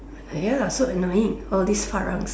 ya so annoying all this